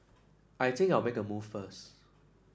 I think I'll make a move first